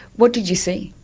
what did you see?